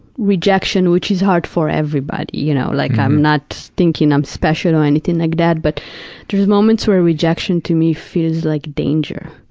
rejection, which is hard for everybody. mm-hmm. you know, like i'm not thinking i'm special or anything like that, but there's moments where rejection to me feels like danger.